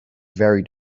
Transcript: very